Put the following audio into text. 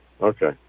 Okay